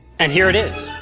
and here it is